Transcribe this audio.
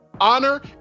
honor